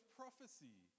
prophecy